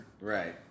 Right